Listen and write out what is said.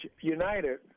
united